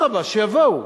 אדרבה, שיבואו,